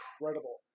incredible